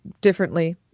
differently